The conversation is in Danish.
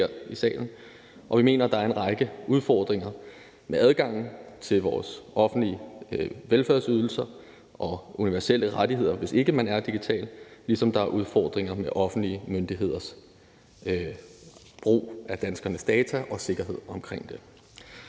vi mener, at der er en række udfordringer med adgangen til vores offentlige velfærdsydelser og universelle rettigheder, hvis ikke man kan begå sig digitalt, ligesom der er udfordringer med offentlige myndigheders brug af danskernes data og sikkerheden omkring det.